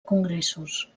congressos